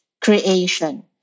creation